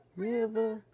river